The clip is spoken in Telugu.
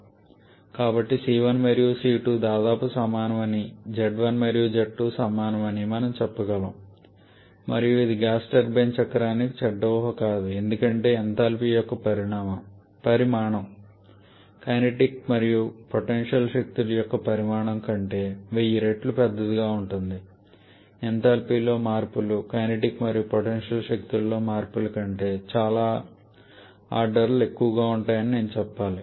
కాబట్టి c1 మరియు c2 దాదాపు సమానమని z1 మరియు z2 సమానమని మనం చెప్పగలను మరియు ఇది గ్యాస్ టర్బైన్ చక్రానికి చెడ్డ ఊహ కాదు ఎందుకంటే ఎంథాల్పీ యొక్క పరిమాణం కైనెటిక్ మరియు పొటెన్షియల్ శక్తుల యొక్క పరిమాణం కంటే 1000 రెట్లు పెద్దదిగా ఉంటుంది ఎంథాల్పీలో మార్పులు కైనెటిక్ మరియు పొటెన్షియల్ శక్తుల లో మార్పుల కంటే చాలా ఆర్డర్లు ఎక్కువగా ఉంటాయని నేను చెప్పాలి